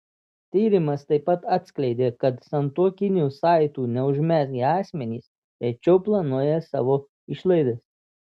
tyrimas taip pat atskleidė kad santuokinių saitų neužmezgę asmenys rečiau planuoja savo išlaidas